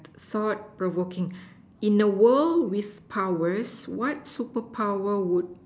thought provoking in the world with powers what superpower would